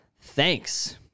Thanks